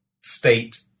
state